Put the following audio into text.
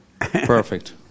Perfect